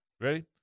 Ready